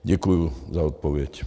Děkuju za odpověď.